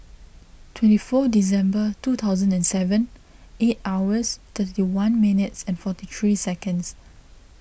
twenty four December two thousand and seven eight hours thirty one minutes and forty three seconds